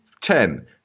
ten